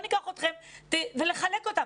ניקח אתכם ונחלק אותם.